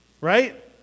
Right